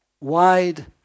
wide